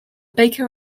baker